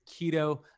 keto